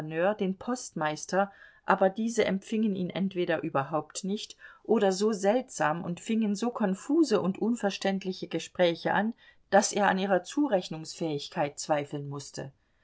den postmeister aber diese empfingen ihn entweder überhaupt nicht oder so seltsam und fingen so konfuse und unverständliche gespräche an daß er an ihrer zurechnungsfähigkeit zweifeln mußte